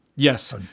Yes